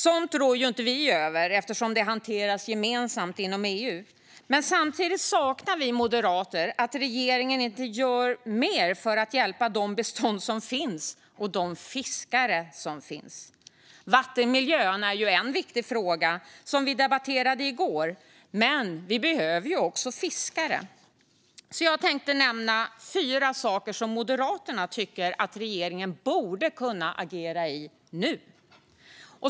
Somt rår vi inte över eftersom det hanteras gemensamt inom EU, men samtidigt saknar vi moderater att regeringen gör mer för att hjälpa de bestånd som finns och de fiskare som finns. Vattenmiljön är en viktig fråga som vi debatterade i går, men vi behöver också fiskare. Jag tänkte nämna fyra saker som Moderaterna tycker att regeringen borde kunna agera i nu.